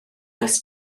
oes